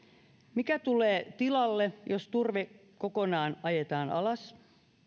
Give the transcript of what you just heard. mitä tulee tilalle jos turve kokonaan ajetaan alas